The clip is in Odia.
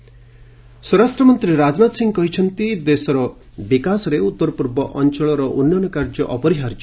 ରାଜନାଥ ନର୍ଥଇଷ୍ଟ ସ୍ୱରାଷ୍ଟ୍ରମନ୍ତ୍ରୀ ରାଜନାଥ ସିଂହ କହିଛନ୍ତି ଦେଶର ବିକାଶରେ ଉତ୍ତରପୂର୍ବ ଅଞ୍ଚଳର ଉନ୍ନୟନ କାର୍ଯ୍ୟ ଅପରିହାର୍ଯ୍ୟ